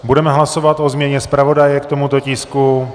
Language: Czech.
Budeme hlasovat o změně zpravodaje k tomuto tisku.